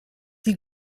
die